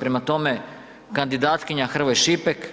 Prema tome, kandidatkinja Hrvoj Šipek